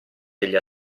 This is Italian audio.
degli